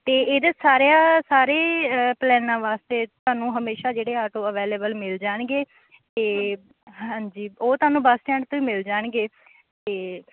ਅਤੇ ਇਹਦੇ ਸਾਰਿਆਂ ਸਾਰੇ ਪਲੈਨਾਂ ਵਾਸਤੇ ਤੁਹਾਨੂੰ ਹਮੇਸ਼ਾ ਜਿਹੜੇ ਆਟੋ ਅਵੇਲੇਬਲ ਮਿਲ ਜਾਣਗੇ ਅਤੇ ਹਾਂਜੀ ਉਹ ਤੁਹਾਨੂੰ ਬੱਸ ਸਟੈਂਡ ਤੋਂ ਹੀ ਮਿਲ ਜਾਣਗੇ ਕਿ